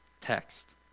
text